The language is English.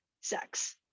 sex